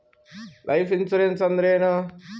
Life insurance ಅಂದ್ರ ಏನ?